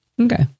Okay